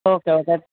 okay order